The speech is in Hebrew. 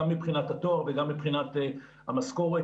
גם מבחינת התואר וגם מבחינת המשכורת.